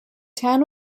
tan